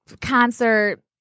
concert